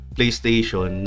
PlayStation